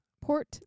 port